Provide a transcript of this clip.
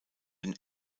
den